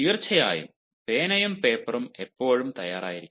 തീർച്ചയായും പേനയും പേപ്പറും എപ്പോഴും തയ്യാറായിരിക്കണം